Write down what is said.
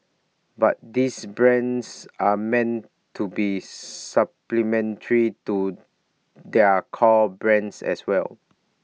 but these brands are meant to be supplementary to their core brands as well